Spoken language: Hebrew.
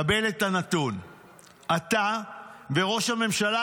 קבל את הנתון: אתה וראש הממשלה,